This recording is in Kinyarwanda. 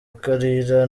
kalira